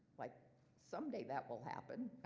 like someday that will happen,